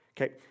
Okay